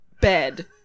Bed